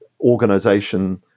organization